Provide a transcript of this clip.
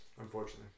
unfortunately